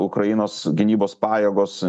ukrainos gynybos pajėgos